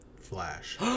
Flash